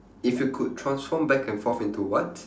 if you could transform back and forth into what